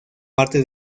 parte